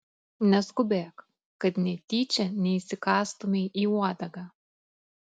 neskubėk kad netyčia neįsikąstumei į uodegą